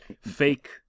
fake